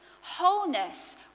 wholeness